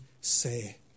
say